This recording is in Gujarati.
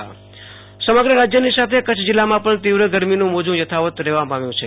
આશ્રતોષ અંતાણી હવામાન સમગ્ર રાજયની સાથ કચ્છ જિલ્લામાં પણ તીવ્ર ગરમીનું મોજું યથાવત રહેવા પામ્યું છે